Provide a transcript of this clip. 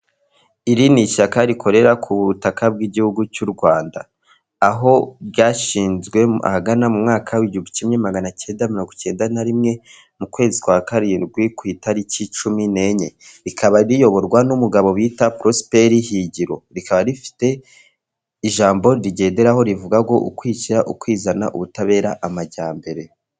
Iri ni ishyaka rikorera ku butaka bw'igihugu cy'u Rwanda. Aho ryashinzwe ahagana mu mwaka w'igihumbi kimwe magana icyenda mirongo icyenda na rimwe, mu kwezi kwa karindwi, ku itariki cumi n'enye. Rikaba riyoborwa n'umugabo bita Prosperi Higiro. Rikaba rifite ijambo rigenderaho rivuga ngo "ukwishyira ukizana, ubutabera, amajyambere."